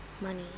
money